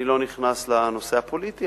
אני לא נכנס לנושא הפוליטי,